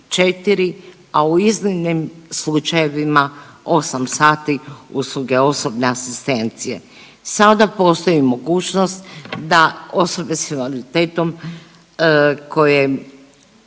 imati 4, a u iznimnim slučajevima 8 sati usluge osobne asistencije. Sada postoji mogućost da osobe s invaliditetom koje